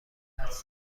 حدس